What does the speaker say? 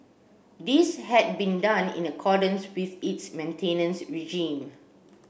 this had been done in accordance with its maintenance regime